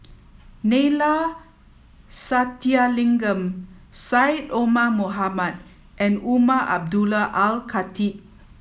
Neila Sathyalingam Syed Omar Mohamed and Umar Abdullah Al Khatib